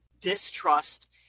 distrust